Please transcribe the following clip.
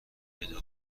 پیدا